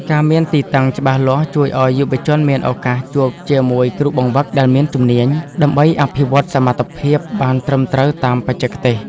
ការមានទីតាំងច្បាស់លាស់ជួយឱ្យយុវជនមានឱកាសជួបជាមួយគ្រូបង្វឹកដែលមានជំនាញ ដើម្បីអភិវឌ្ឍសមត្ថភាពបានត្រឹមត្រូវតាមបច្ចេកទេស។